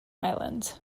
island